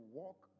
walk